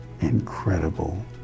incredible